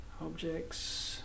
objects